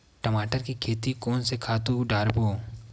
टमाटर के खेती कोन से खातु डारबो?